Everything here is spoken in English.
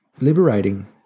liberating